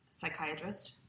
psychiatrist